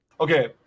okay